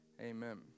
amen